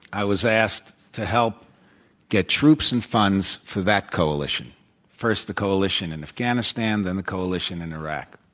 i was asked to help get troops and funds for that coalition first the coalition in afghanistan, then the coalition in iraq.